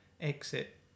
exit